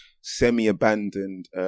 semi-abandoned